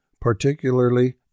particularly